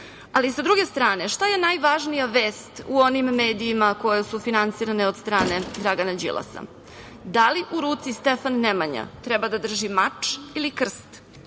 Srbije. Sa druge strane, šta je najvažnija vest u onim medijima koji su finansirani od strane Dragana Đilasa – da li u ruci Stefan Nemanja treba da drži mač ili krst?